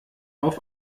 auf